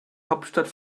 hauptstadt